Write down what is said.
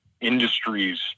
industries